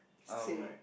same right